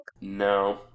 No